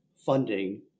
Funding